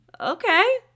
Okay